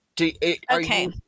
Okay